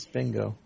Bingo